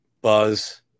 Buzz